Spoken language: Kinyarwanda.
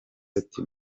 ati